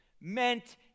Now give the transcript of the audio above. meant